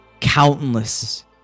countless